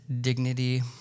dignity